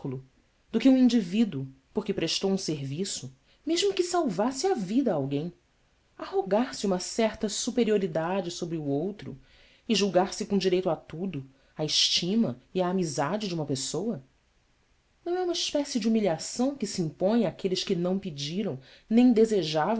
ridículo do que um indivíduo porque prestou um serviço mesmo que salvasse a vida a alguém arrogar se uma certa superioridade sobre o outro e julgar se com direito a tudo à estima e à amizade de uma pessoa não é uma espécie de humilhação que se impõe àqueles que não pediram nem desejavam